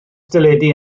deledu